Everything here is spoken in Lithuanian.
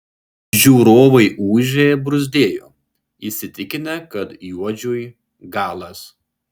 žiūrovai ūžė bruzdėjo įsitikinę kad juodžiui galas